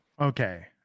okay